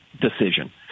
decision